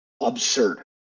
absurd